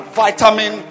vitamin